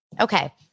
Okay